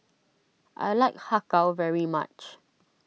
I like Har Kow very much